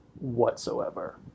whatsoever